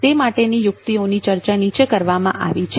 તે માટે યુક્તિઓની ચર્ચા નીચે કરવામાં આવી છે